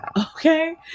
okay